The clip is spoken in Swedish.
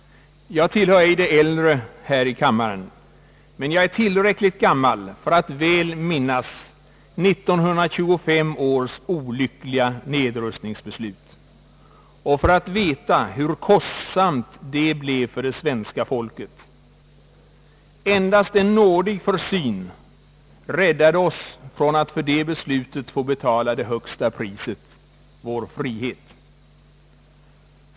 Jag tillhör inte de äldre i denna kammare, men jag är tillräckligt gammal för att väl minnas 1925 års olyckliga nedrustningsbeslut och för att veta hur kostsamt det blev för det svenska folket. Endast en nådig försyn räddade oss för övrigt från att för det beslutet få betala det högsta priset — vår frihet.